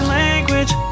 language